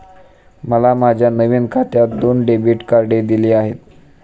मला माझ्या नवीन खात्यात दोन डेबिट कार्डे दिली आहेत